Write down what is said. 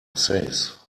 says